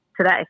today